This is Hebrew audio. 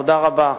תודה רבה.